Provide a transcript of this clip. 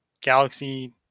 Galaxy